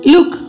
Look